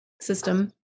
system